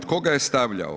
Tko ga je stavljao?